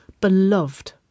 beloved